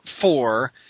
four